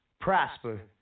prosper